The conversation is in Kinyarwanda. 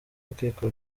rukiko